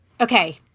Okay